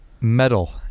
metal